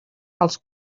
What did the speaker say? als